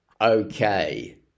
Okay